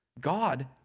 God